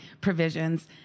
provisions